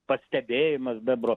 pastebėjimas bebro